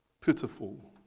pitiful